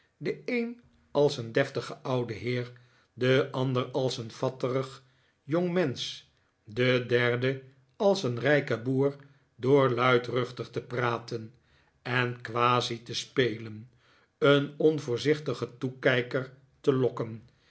de een als een deftige oude heer de anden als een fatterig jongmensch de derde als een rijke boer door luidruchtig te praten en kwasi te spelen een onvoorzichtigen toekijker te lokken